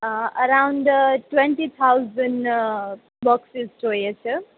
અ around twenty thousand boxes જોઇએ છે